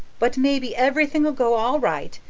but maybe everything'll go all right.